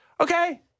Okay